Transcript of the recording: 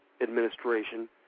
administration